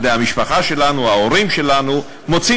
או בני המשפחה שלנו או ההורים שלנו מוצאים